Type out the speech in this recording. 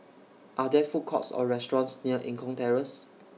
Are There Food Courts Or restaurants near Eng Kong Terrace